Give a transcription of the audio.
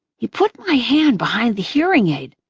he put my hand behind the hearing aid.